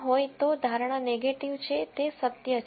હોય તો ધારણા નેગેટીવ છે તે સત્ય છે